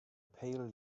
pale